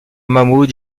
mahmoud